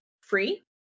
free